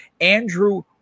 Andrew